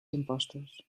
impostos